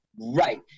Right